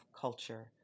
culture